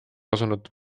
asunud